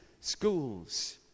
schools